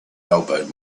elbowed